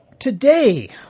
Today